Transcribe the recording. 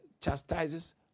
chastises